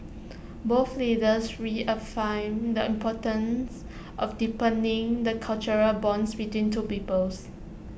both leaders reaffirmed the importance of deepening the cultural bonds between two peoples